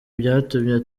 byatumye